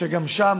גם שם